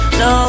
no